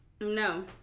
No